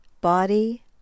body